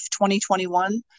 2021